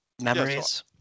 Memories